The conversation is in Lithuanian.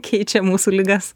keičia mūsų ligas